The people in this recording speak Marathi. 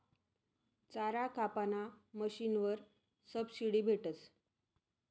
चारा कापाना मशीनवर सबशीडी भेटस